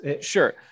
sure